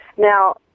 Now